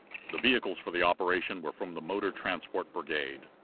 the vehicles for the operation were from the motor transport brigade.